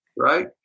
Right